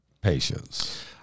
patience